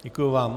Děkuji vám.